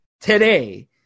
today